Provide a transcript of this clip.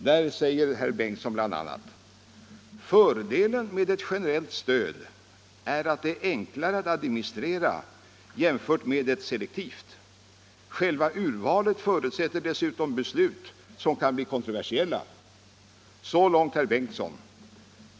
Där säger herr Bengtson bl.a.: ”Fördelen med ett generellt stöd är att det är enklare att administrera jämfört med ett selektivt. Själva urvalet förutsätter dessutom beslut som kan bli kontroversiella.” Så långt herr Bengtson.